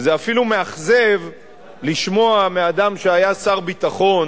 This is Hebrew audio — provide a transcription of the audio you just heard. וזה אפילו מאכזב לשמוע מאדם שהיה שר ביטחון